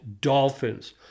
dolphins